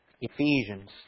Ephesians